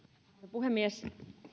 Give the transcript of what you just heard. puhemies